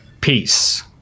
peace